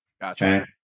Gotcha